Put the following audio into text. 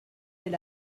elle